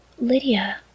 Lydia